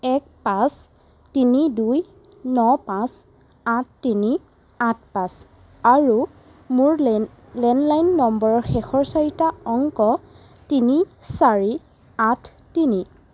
এক পাঁচ তিনি দুই ন পাঁচ আঠ তিনি আঠ পাঁচ আৰু মোৰ লেণ্ড লেণ্ডলাইন নম্বৰৰ শেষৰ চাৰিটা অংক তিনি চাৰি আঠ তিনি